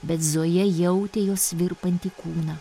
bet zoja jautė jos virpantį kūną